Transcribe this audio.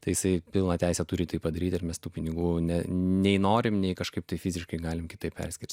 tai jisai pilną teisę turi tai padaryti ir mes tų pinigų ne nei norim nei kažkaip tai fiziškai galime kitaip perskirst